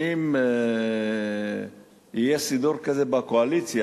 אם יהיה סידור כזה בקואליציה,